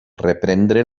reprendre